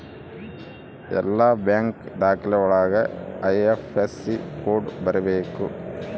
ಎಲ್ಲ ಬ್ಯಾಂಕ್ ದಾಖಲೆ ಒಳಗ ಐ.ಐಫ್.ಎಸ್.ಸಿ ಕೋಡ್ ಬರೀಬೇಕು